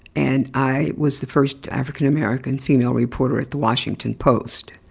and i was the first african american female reporter at the washington post.